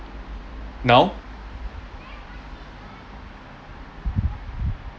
now